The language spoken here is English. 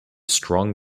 strong